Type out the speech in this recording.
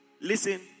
listen